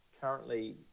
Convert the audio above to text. currently